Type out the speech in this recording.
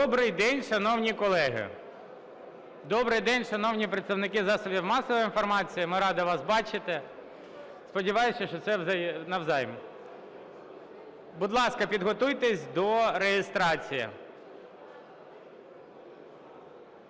Добрий день, шановні колеги! Добрий день, шановні представники засобів масової інформації! Ми раді вас бачити. Сподіваюсь, що це навзаєм. Будь ласка, підготуйтесь до реєстрації.